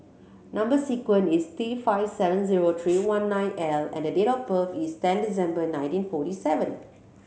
number sequence is T five seven zero three one nine L and the date of birth is ten December nineteen forty seven